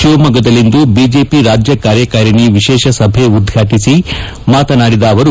ಶಿವಮೊಗ್ಗದಲ್ಲಿಂದು ಬಿಜೆಪಿ ರಾಜ್ಯ ಕಾರ್ಯಕಾರಣಿ ವಿಶೇಷ ಸಭೆ ಉದ್ಘಾಟಿಸಿ ಮಾತನಾಡಿದ ಅವರು